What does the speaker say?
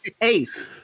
Ace